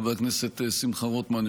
חבר הכנסת שמחה רוטמן,